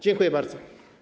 Dziękuję bardzo.